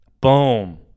Boom